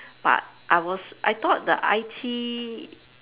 but I was I thought the I_T